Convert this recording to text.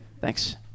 Thanks